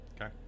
Okay